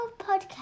podcast